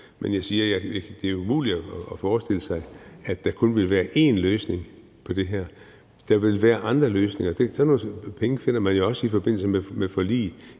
Men jeg siger, at det er umuligt at forestille sig, at der kun vil være én løsning på det her. Der vil være andre løsninger. Sådan nogle penge finder man jo også i forbindelse med forlig